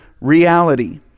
reality